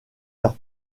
leur